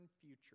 future